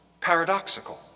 paradoxical